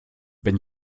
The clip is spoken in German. wenn